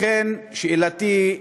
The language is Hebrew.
לכן, שאלתי,